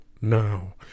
now